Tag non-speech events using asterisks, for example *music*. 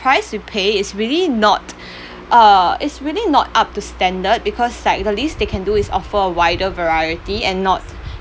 price we pay it's really not *breath* uh it's really not up to standard because like the least they can do is offer a wider variety and not